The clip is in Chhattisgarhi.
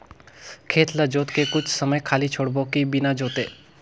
खेत ल जोत के कुछ समय खाली छोड़बो कि बिना जोते?